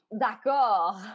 D'accord